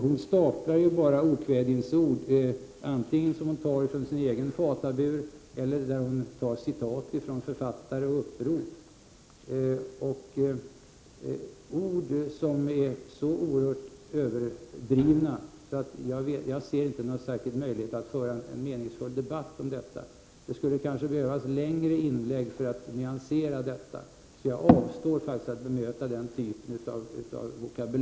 Hon staplar ju bara okvädingsord, antingen från sin egen fatabur eller citat från författare och upprop — ord som är så oerhört överdrivna att jag inte ser någon möjlighet att föra en meningsfull debatt om detta. Det - skulle behövas längre inlägg för att nyansera detta, så jag avstår från att bemöta den typen av vokabulär.